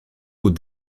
aux